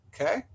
Okay